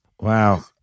Wow